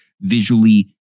visually